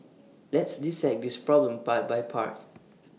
let's dissect this problem part by part